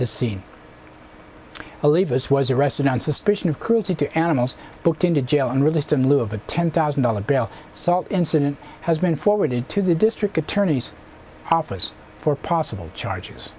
the scene a live as was arrested on suspicion of cruelty to animals booked into jail and released in lieu of a ten thousand dollars bail salt incident has been forwarded to the district attorney's office for possible charge